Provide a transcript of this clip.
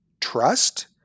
trust